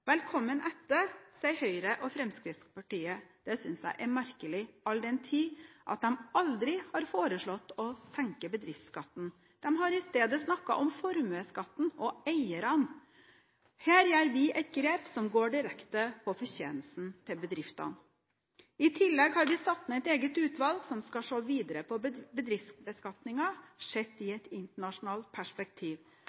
Velkommen etter, sier Høyre og Fremskrittspartiet. Det synes jeg er merkelig, all den tid de aldri har foreslått å senke bedriftsskatten. De har i stedet snakket om formuesskatten og eierne. Her gjør vi et grep som går direkte på fortjenesten til bedriftene. I tillegg har vi satt ned et eget utvalg som skal se på